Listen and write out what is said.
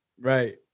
Right